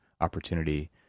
opportunity